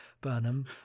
Burnham